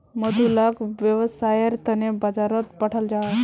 मधु लाक वैव्सायेर तने बाजारोत पठाल जाहा